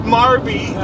Marby